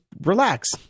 relax